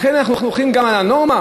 לכן אנחנו הולכים גם על הנורמה?